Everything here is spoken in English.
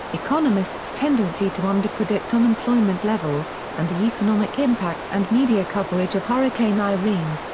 economists' tendency to underpredict unemployment levels, and the economic impact and media coverage of hurricane irene.